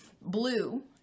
blue